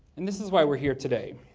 and this is why we're here today,